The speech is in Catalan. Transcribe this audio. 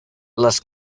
les